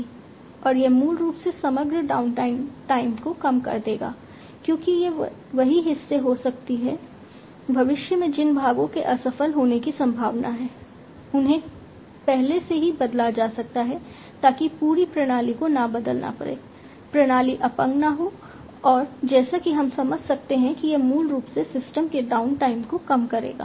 और यह मूल रूप से समग्र डाउनटाइम को कम कर देगा क्योंकि ये वही हिस्से हो सकते हैं भविष्य में जिन भागों के असफल होने की संभावना है उन्हें पहले से बदला जा सकता है ताकि पूरी प्रणाली को न बदलना पड़े प्रणाली अपंग न हो और जैसा कि हम समझ सकते हैं कि यह मूल रूप से सिस्टम के डाउनटाइम को कम करेगा